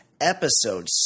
Episode